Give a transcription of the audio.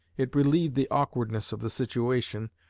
it relieved the awkwardness of the situation,